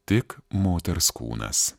tik moters kūnas